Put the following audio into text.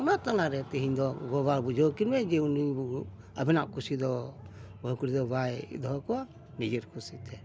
ᱚᱱᱟ ᱛᱟᱞᱟᱨᱮ ᱛᱤᱦᱤᱧ ᱫᱚ ᱜᱚᱜᱚ ᱵᱟᱵᱟ ᱵᱩᱡᱷᱟᱹᱣ ᱠᱤᱱ ᱢᱮ ᱡᱮ ᱩᱱᱤ ᱟᱵᱮᱱᱟᱜ ᱠᱩᱥᱤ ᱫᱚ ᱵᱟᱹᱦᱩ ᱠᱩᱲᱤ ᱫᱚ ᱵᱟᱭ ᱫᱚᱦᱚ ᱠᱚᱣᱟ ᱱᱤᱡᱮᱨ ᱠᱩᱥᱤ ᱛᱮ